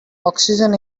oxygen